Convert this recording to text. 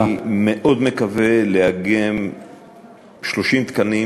אני מאוד מקווה לאגם 30 תקנים כדי